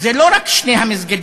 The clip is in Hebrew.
זה לא רק שני המסגדים,